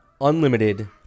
unlimited